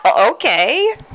okay